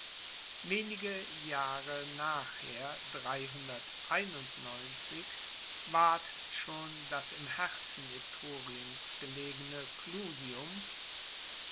wenige jahre nachher ward schon das im herzen etruriens gelegene